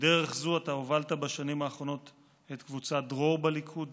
בדרך זו אתה הובלת בשנים האחרונות את קבוצת דרור בליכוד,